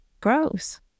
gross